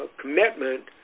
commitment